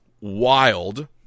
wild